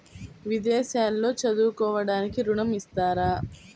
విదేశాల్లో చదువుకోవడానికి ఋణం ఇస్తారా?